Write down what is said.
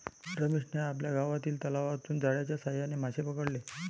रमेशने आपल्या गावातील तलावातून जाळ्याच्या साहाय्याने मासे पकडले